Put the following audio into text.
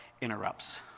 interrupts